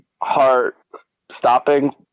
heart-stopping